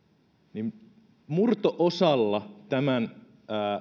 niin murto osalla tämän